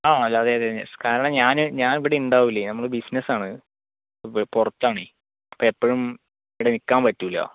ആ അതെ അതെ കാരണം ഞാൻ ഇവിടെ ഉണ്ടാവൂല്ല നമ്മള് ബിസിനസാണ് പുറത്താണെ അപ്പോൾ എപ്പോഴും ഇവിടെ നിൽക്കാൻ പറ്റൂല്ല